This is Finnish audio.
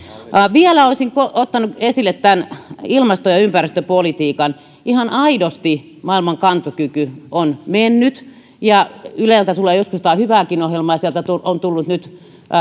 vielä olisin ottanut esille ilmasto ja ympäristöpolitiikan ihan aidosti maailman kantokyky on mennyt yleltä tulee joskus jotain hyvääkin ohjelmaa ja sieltä on tullut nyt